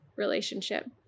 Relationship